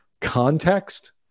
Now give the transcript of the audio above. context